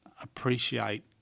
appreciate